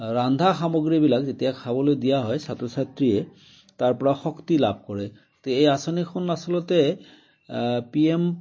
ৰন্ধা সামগ্ৰীবিলাক যেতিয়া খাবলৈ দিয়া হয় ছাত্ৰ ছাত্ৰীয়ে তাৰ পৰা শক্তি লাভ কৰে এই আঁচনিখন আচলতে পি এম